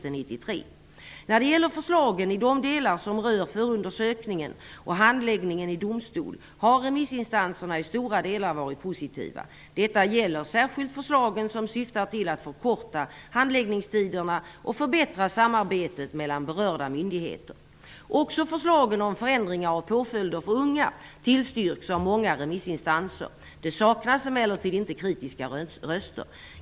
När det gäller förslagen i de delar som rör förundersökningen och handläggningen i domstol har remissinstanserna i stora delar varit positiva. Detta gäller särskilt förslagen som syftar till att förkorta handläggningstiderna och förbättra samarbetet mellan berörda myndigheter. Också förslagen om förändringar av påföljder för unga tillstyrks av många remissinstanser. Det saknas emellertid inte kritiska röster.